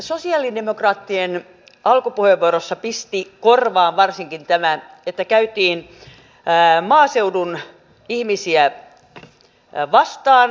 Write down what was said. sosialidemokraattien alkupuheenvuorossa pisti korvaan varsinkin tämä että käytiin maaseudun ihmisiä vastaan